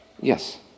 Yes